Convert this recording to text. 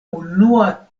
unua